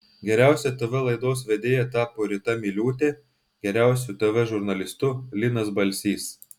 geriausia tv laidos vedėja tapo rita miliūtė geriausiu tv žurnalistu linas balsys